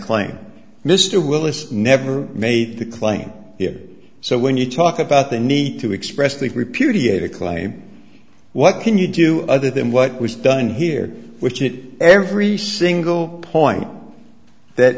claim mr willis never made the claim it so when you talk about the need to express the repudiated claim what can you do other than what was done here which it every single point that